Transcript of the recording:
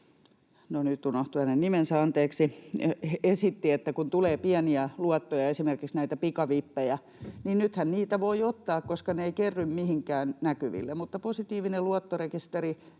esitti, että kun tulee pieniä luottoja, esimerkiksi näitä pikavippejä, niin nythän niitä voi ottaa, koska ne eivät kerry mihinkään näkyville, mutta positiivinen luottorekisteri